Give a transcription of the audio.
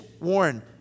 Warren